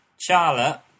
Charlotte